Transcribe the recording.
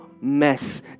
mess